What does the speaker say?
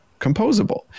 composable